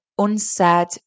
unsaid